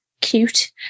cute